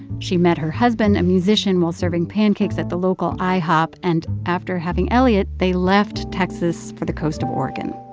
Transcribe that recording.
she met her husband, a musician, while serving pancakes at the local ihop. and after having elliott, they left texas for the coast of oregon.